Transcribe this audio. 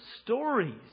stories